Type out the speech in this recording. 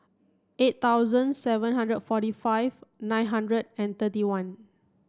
eight thousand seven hundred and forty five nine hundred and thirty one